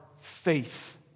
faith